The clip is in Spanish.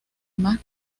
mac